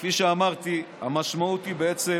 כפי שאמרתי, המשמעות היא בעצם